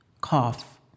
Cough